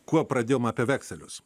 kuo pradėjom apie vekselius